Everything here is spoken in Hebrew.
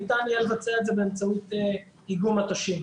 ניתן יהיה לבצע את זה באמצעות איגום מטושים.